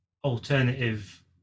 alternative